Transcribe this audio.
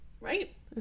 right